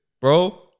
bro